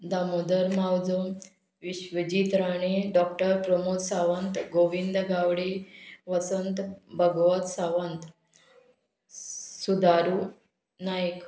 Damodar Mauzo Vishwajit Rane doctor Pramod Sawant Govind Gaude Vasant Bhagwat Sawant सुदारू नायक